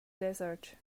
desert